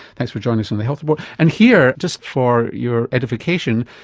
thanks for joining us on the health report. and here, just for your edification,